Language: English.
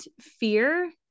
fear